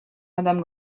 madame